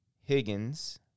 Higgins